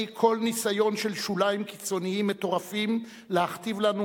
כל ניסיון של שוליים קיצוניים מטורפים להכתיב לנו